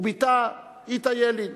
ובתה איטה ילין.